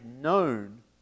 known